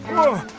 oh,